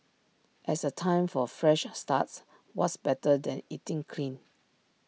as A time for fresh starts what's better than eating clean